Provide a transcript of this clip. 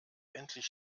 endlich